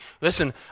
Listen